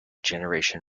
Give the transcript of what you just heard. generation